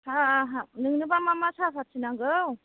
नोंनोबा मा मा साहाफाथि नांगौ